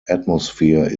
atmosphere